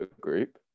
group